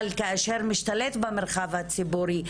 אבל כאשר משתלט במרחב הציבורי,